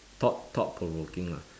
thought thought provoking lah